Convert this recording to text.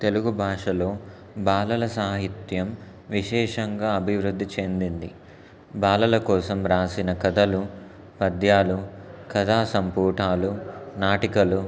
తెలుగు భాషలో బాలల సాహిత్యం విశేషంగా అభివృద్ధి చెందింది బాలల కోసం రాసిన కథలు పద్యాలు కథాసంపుటాలు నాటికలు